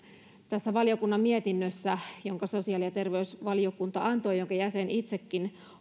tässä valiokunnan mietinnössä jonka antoi sosiaali ja terveysvaliokunta jonka jäsen itsekin